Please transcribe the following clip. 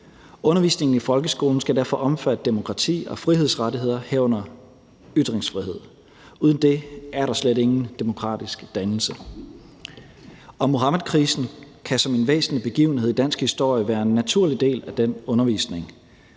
Undervisningen i folkeskolen skal derfor omfatte demokrati og frihedsrettigheder, herunder ytringsfrihed. Uden det er der slet ingen demokratisk dannelse. Muhammedkrisen kan som en væsentlig begivenhed i dansk historie være en naturlig del af den undervisning,